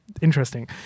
interesting